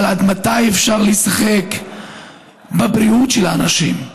אבל עד מתי אפשר לשחק בבריאות של האנשים?